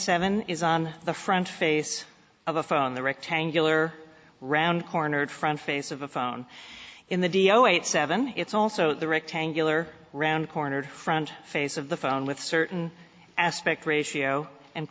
seven is on the front face of a phone the rectangular round cornered front face of a phone in the deo eight seven it's also the rectangular round cornered front face of the on with certain aspect ratio and